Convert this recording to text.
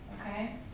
okay